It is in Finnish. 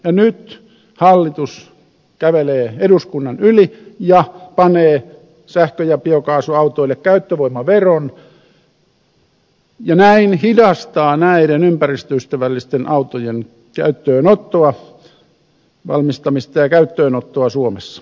nyt hallitus kävelee eduskunnan yli ja panee sähkö ja biokaasuautoille käyttövoimaveron ja näin hidastaa näiden ympäristöystävällisten autojen valmistamista ja käyttöönottoa suomessa